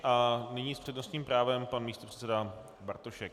A nyní s přednostním právem pan místopředseda Bartošek.